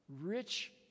rich